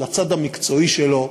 לצד המקצועי שלו,